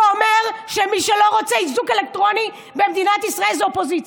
זה אומר שמי שלא רוצה איזוק אלקטרוני במדינת ישראל זה האופוזיציה.